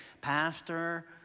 Pastor